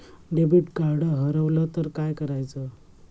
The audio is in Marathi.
डेबिट कार्ड हरवल तर काय करायच?